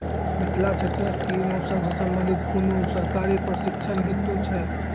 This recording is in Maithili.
मिथिला क्षेत्रक कि मौसम से संबंधित कुनू सरकारी प्रशिक्षण हेतु छै?